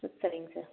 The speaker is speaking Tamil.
சரிங்க சார்